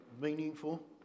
meaningful